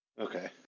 Okay